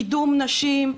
קידום נשים,